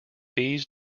fees